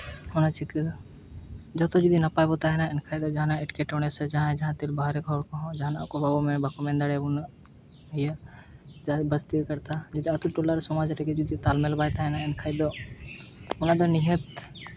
ᱚᱱᱟ ᱪᱤᱠᱟᱹ ᱡᱚᱛᱚ ᱨᱮᱜᱮ ᱱᱟᱯᱟᱭ ᱵᱚᱱ ᱛᱟᱦᱮᱱᱟ ᱮᱱᱠᱷᱟᱡ ᱫᱚ ᱡᱟᱦᱟᱱᱟᱜ ᱮᱴᱠᱮᱴᱚᱬᱮ ᱥᱮ ᱡᱟᱦᱟᱸᱭ ᱡᱟᱦᱟᱸ ᱛᱤᱥ ᱵᱟᱦᱨᱮ ᱦᱚᱲ ᱠᱚᱦᱚᱸ ᱡᱟᱦᱟᱱᱟᱜ ᱠᱚ ᱵᱟᱠᱚ ᱢᱮᱱ ᱫᱟᱲᱮᱭᱟᱵᱚᱱᱟ ᱩᱱᱟᱹᱜ ᱤᱭᱟᱹ ᱟᱛᱳ ᱴᱚᱞᱟᱨᱮ ᱥᱚᱢᱟᱡᱽ ᱨᱮᱜᱮ ᱡᱩᱫᱤ ᱛᱟᱞᱢᱮᱞ ᱵᱟᱭ ᱛᱟᱦᱮᱱᱟ ᱮᱱᱠᱷᱟᱡ ᱫᱚ ᱚᱱᱟᱫᱚ ᱱᱤᱦᱟᱹᱛ